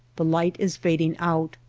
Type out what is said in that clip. the light is fading out.